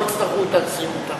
לא יצטרכו את האקסיומות האחרות.